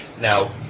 Now